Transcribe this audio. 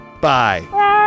Bye